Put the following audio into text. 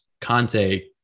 Conte